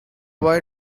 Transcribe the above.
boy